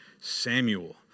Samuel